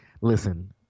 Listen